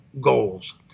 goals